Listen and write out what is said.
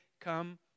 come